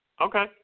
Okay